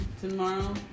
Tomorrow